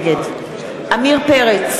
נגד עמיר פרץ,